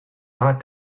not